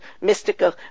mystical